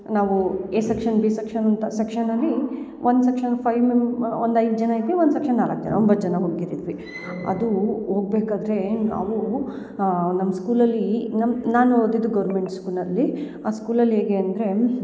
ನಾವು A section B section ಅಂತ section ಅಲ್ಲಿ ಒಂದು ಸೆಕ್ಷನ್ ಫೈವ್ ಮೆಂಬ ಒಂದು ಐದು ಜನ ಇದ್ವಿ ಒಂದು ಸೆಕ್ಷನ್ ನಾಲ್ಕು ಜನ ಒಂಬತ್ತು ಜನ ಹುಡುಗೀರು ಇದ್ವಿ ಅದು ಹೋಗ್ಬೇಕಾದರೆ ನಾವು ನಮ್ಮ ಸ್ಕೂಲಲ್ಲಿ ನಮ್ಮ ನಾನು ಓದಿದ್ದು ಗೌರ್ಮೆಂಟ್ ಸ್ಕೂಲ್ನಲ್ಲಿ ಆ ಸ್ಕೂಲ್ ಅಲ್ಲಿ ಹೇಗೆ ಅಂದರೆ